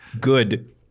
Good